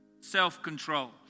self-control